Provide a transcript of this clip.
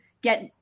get